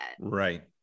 right